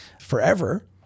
forever